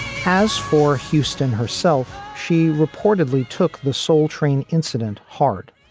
has for houston herself, she reportedly took the soul train incident hard,